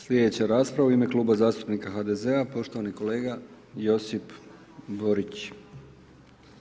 Sljedeća rasprava u ime Kluba zastupnika HDZ-a, poštovani kolega Josip Borić.